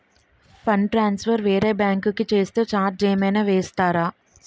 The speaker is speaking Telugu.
ఫండ్ ట్రాన్సఫర్ వేరే బ్యాంకు కి చేస్తే ఛార్జ్ ఏమైనా వేస్తారా?